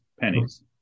pennies